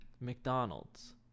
McDonald's